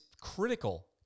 critical